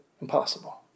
impossible